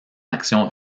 action